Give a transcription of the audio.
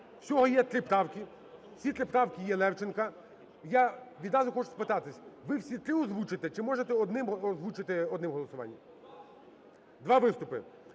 всього є три правки, ці три правки є Левченка. Я відразу хочу спитатись: ви всі три озвучите чи можете озвучити одним голосуванням? Два виступи?